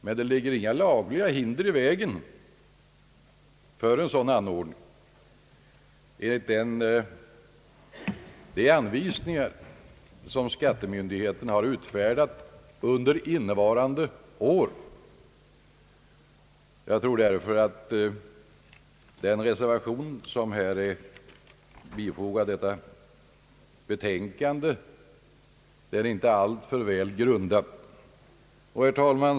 Det finns emellertid inga lagliga hinder för en sådan anordning, enligt de anvisningar som skattemyndigheterna har utfärdat under innevarande år. Jag tror därför att den reservation som fogats till detta betänkande inte är särskilt välgrundad.